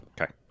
Okay